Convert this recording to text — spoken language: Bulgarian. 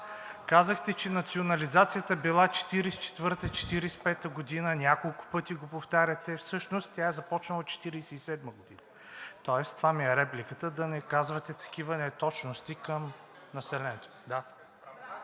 Казахте, че национализацията била 1944 –1945 г., няколко пъти го повтаряте, всъщност, тя е започнала 1947 г., тоест това ми е репликата – да не казвате такива неточности към населението.